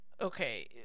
okay